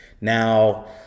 now